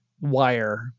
wire